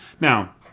Now